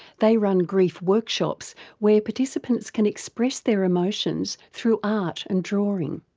they run grief workshops where participants can express their emotions through art and drawing.